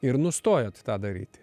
ir nustojot tą daryti